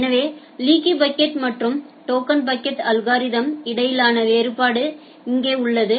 எனவே leaky bucket மற்றும் token bucket algorithm இடையிலான வேறுபாடு இங்கே உள்ளது